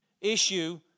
issue